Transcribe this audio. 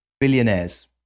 billionaires